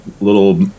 little